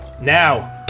Now